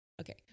Okay